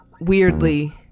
weirdly